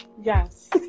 yes